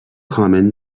common